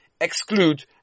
Exclude